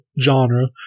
genre